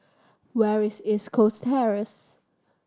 where is East Coast Terrace